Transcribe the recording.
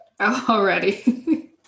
already